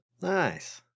nice